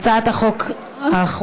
הצעת החוק האחרונה.